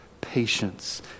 patience